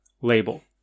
label